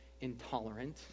intolerant